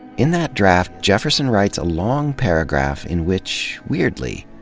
in that draft, jefferson writes a long paragraph in which, weirdly,